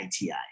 ITI